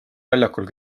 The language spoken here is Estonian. väljakul